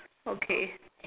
okay